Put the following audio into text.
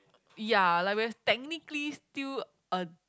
ya like we're technically still a